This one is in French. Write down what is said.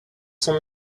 son